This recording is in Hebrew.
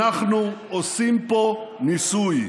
אנחנו עושים פה ניסוי.